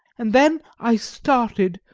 and then i started,